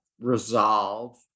resolve